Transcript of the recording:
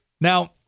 Now